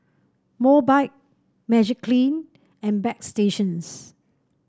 Mobike Magiclean and Bagstationz